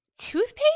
toothpaste